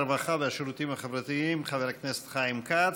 הרווחה והשירותים החברתיים חבר הכנסת חיים כץ.